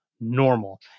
normal